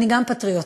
גם אני פטריוטית.